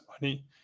money